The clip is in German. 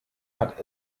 hat